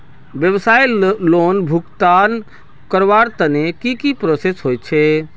व्यवसाय लोन भुगतान करवार तने की की प्रोसेस होचे?